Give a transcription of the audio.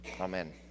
Amen